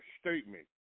statement